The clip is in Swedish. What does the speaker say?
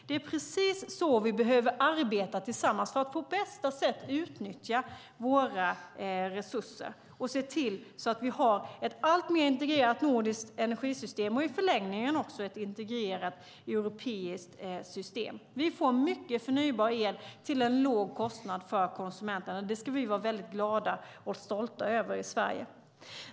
Det är precis så vi behöver arbeta tillsammans för att på bästa sätt utnyttja våra resurser och se till att vi har ett alltmer integrerat nordiskt energisystem och i förlängningen också ett integrerat europeiskt system. Vi får mycket förnybar el till en låg kostnad för konsumenten, och det ska vi vara glada och stolta över i Sverige.